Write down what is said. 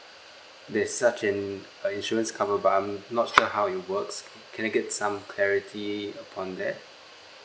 there's such an err insurance cover but I'm not sure how it works can I get some clarity upon that